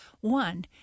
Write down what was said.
one